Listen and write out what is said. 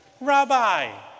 rabbi